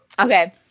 Okay